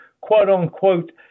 quote-unquote